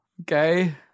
Okay